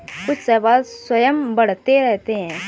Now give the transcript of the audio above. कुछ शैवाल स्वयं बढ़ते रहते हैं